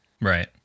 Right